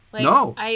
No